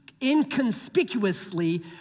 Inconspicuously